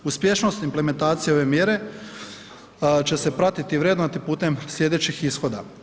Uspješnost implementacije ove mjere će se pratiti i vrednovati putem sljedećih ishoda.